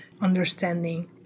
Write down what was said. understanding